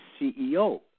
CEO